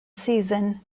season